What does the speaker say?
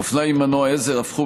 אופניים עם מנוע עזר הפכו,